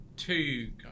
two